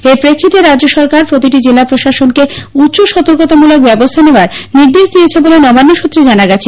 এর প্রেক্ষিতে রাজ্য সরকার প্রতিটি জেলা প্রশাসনকে উচ্চ সতর্কতা মূলক ব্যবস্থা নেওয়ার নির্দেশ দিয়েছে বলে নবান্ন সূত্রে জানা গিয়েছে